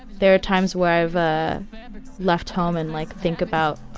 there are times where i've ah left home and like think about,